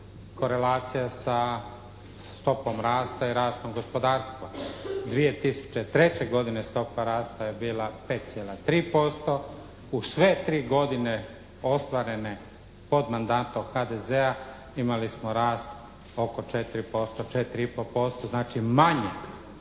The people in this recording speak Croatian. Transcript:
korelacija sa stopom rasta i rastom gospodarstva. 2003. godine stopa rasta je bila 5,3%. U sve 3 godine ostvarene pod mandatom HDZ-a imali smo rast oko 4%, 4,5%. Znači, manje,